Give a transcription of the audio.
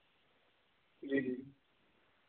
जी जी